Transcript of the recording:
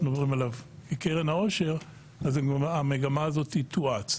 מדברים עליו בקרן העושר המגמה הזו תואץ.